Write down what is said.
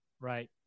right